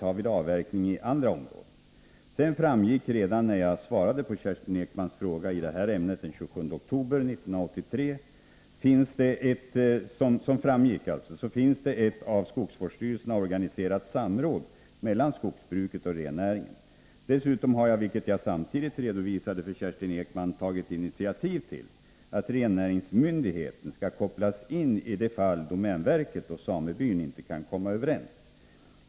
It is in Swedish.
ta vid avverkning i andra områden. Som framgick redan när jag svarade på Kerstin Ekmans fråga i det här ämnet den 27 oktober 1983 finns det ett av skogsvårdsstyrelserna organiserat samråd mellan skogsbruket och rennäringen. Dessutom har jag, vilket jag samtidigt redovisade för Kerstin Ekman, tagit initiativ till att rennäringsmyndigheten skall kopplas in i de fall domänverket och samebyn inte kan komma överens.